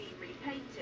repainted